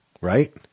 right